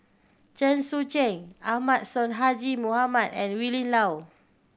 Chen Sucheng Ahmad Sonhadji Mohamad and Willin Low